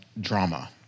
drama